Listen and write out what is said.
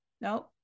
no